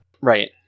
Right